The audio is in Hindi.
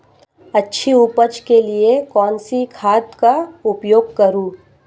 अच्छी उपज के लिए कौनसी खाद का उपयोग करूं?